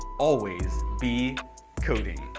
always be coding.